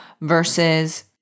versus